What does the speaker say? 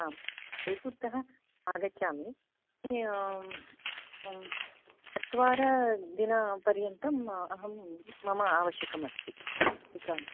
आं जयपुरतः आगच्छामि चत्वारदिनपर्यन्तम् अहं मम आवश्यकमस्ति एकम्